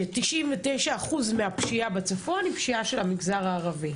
ש-99% מהפשיעה בצפון היא פשיעה של המגזר הערבי.